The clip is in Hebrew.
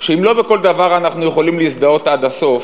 שאם לא בכל דבר אנחנו יכולים להזדהות עד הסוף,